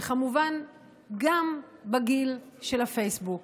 וכמובן גם בגיל של הפייסבוק,